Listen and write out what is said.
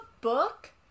book